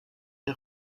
des